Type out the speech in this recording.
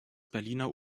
berliner